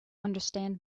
understand